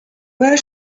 where